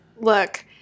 look